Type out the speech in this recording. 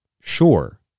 Sure